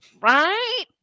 Right